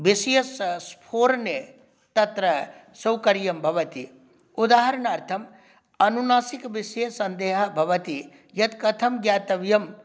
विषयस्य स्फोर्णे तत्र सौकर्यं भवति उदाहरणार्थम् अनुनासिकविसये सन्देहः भवति यत् कथं ज्ञातव्यम्